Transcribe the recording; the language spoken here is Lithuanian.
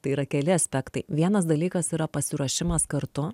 tai yra keli aspektai vienas dalykas yra pasiruošimas kartu